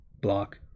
block